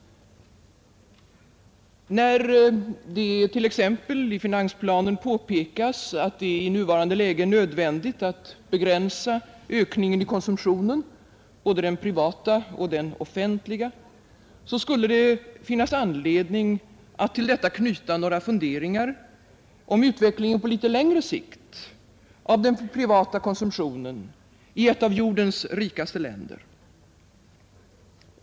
När det t.ex. i finansplanen påpekas att det i nuvarande läge är nödvändigt att begränsa ökningen i konsumtionen, både den privata och den offentliga, finns det anledning att till detta knyta några funderingar om utvecklingen på litet längre sikt av den privata konsumtionen i ett av jordens rikaste länder.